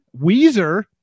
Weezer